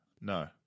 No